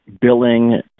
billing